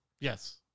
Yes